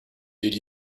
did